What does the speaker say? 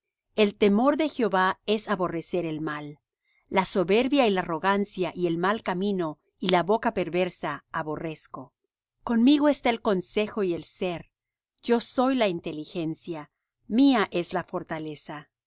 el temor de jehová es aborrecer el mal la soberbia y la arrogancia y el mal camino y la boca perversa aborrezco conmigo está el consejo y el ser yo soy la inteligencia mía es la fortaleza